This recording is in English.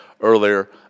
earlier